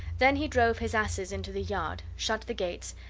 then he drove his asses into the yard, shut the gates,